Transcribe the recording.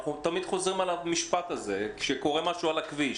אנחנו תמיד חוזרים על המשפט הזה כשקורה משהו על הכביש.